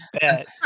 bet